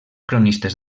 cronistes